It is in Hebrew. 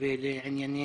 אבל אני חבר כנסת ותיק.